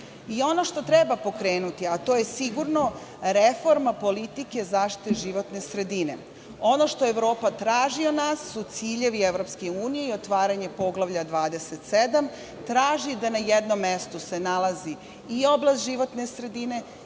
što treba pokrenuti to je sigurno reforma politike zaštite životne sredine. Ono što Evropa traži od nas su ciljevi EU i otvaranje poglavlja 27. Traži da se na jednom mestu nalazi i oblast životne sredine,